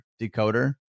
decoder